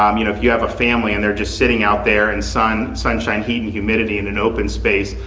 um you know, if you have a family and they're just sitting out there in sun, sunshine, heat and humidity in an open space,